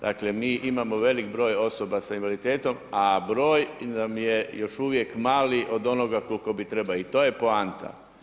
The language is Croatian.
Dakle mi imamo velik broj osoba sa invaliditetom, a broj nam je još uvijek mali od onoga koliko bi treba i to je poanta.